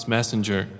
Messenger